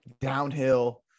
downhill